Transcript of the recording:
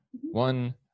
One